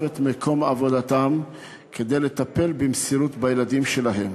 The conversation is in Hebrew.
את מקום עבודתם כדי לטפל במסירות בילדים שלהם.